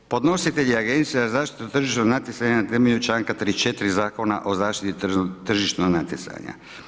Podnositelj je agencija za zaštitu tržišnog natjecanja na temelju članka 34 Zakona o zaštiti tržišnog natjecanja.